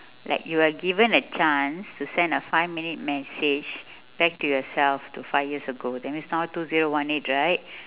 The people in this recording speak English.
like you are given a chance to send a five minute message back to yourself to five years ago that means now two zero one eight right